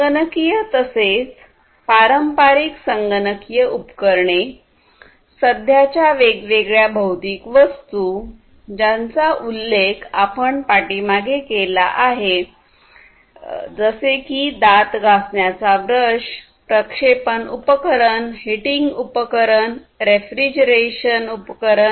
संगणकीय तसेच पारंपारिक संगणकीय उपकरणे सध्याच्या वेगवेगळ्या भौतिक वस्तू ज्यांचा उल्लेख आपण पाठीमागे केला आहे जसे की दात घासण्याचा ब्रश प्रक्षेपण उपकरण हीटिंग उपकरण रेफ्रिजरेशन उपकरण